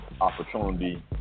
opportunity